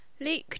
Luke